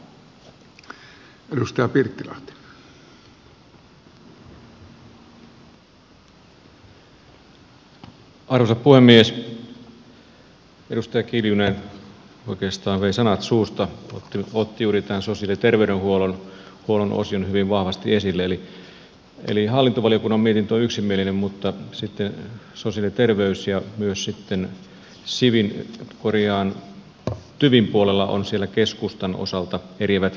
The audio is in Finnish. edustaja kiljunen oikeastaan vei sanat suusta otti juuri tämän sosiaali ja terveydenhuollon osion hyvin vahvasti esille eli hallintovaliokunnan mietintö on yksimielinen mutta sitten sosiaali ja terveys ja myös sitten tyvin puolella on siellä keskustan osalta eriävät mielipiteet